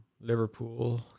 Liverpool